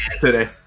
today